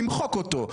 למחוק אותו.